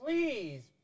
Please